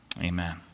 amen